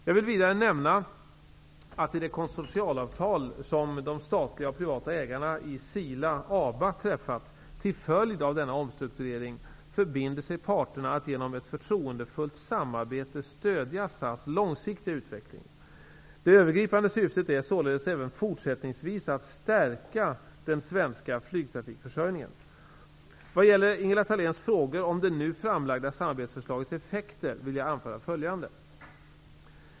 Jag vill vidare nämna att i det konsortialavtal som de statliga och privata ägarna i SILA/ABA träffat till följd av denna omstrukturering förbinder sig parterna att genom ett förtroendefullt samarbete stödja SAS långsiktiga utveckling. Det övergripande syftet är således även fortsättningsvis att stärka den svenska flygtrafikförsörjningen. Vad gäller Ingela Thaléns frågor om det nu framlagda samarbetsförslagets effekter vill jag anföra följande.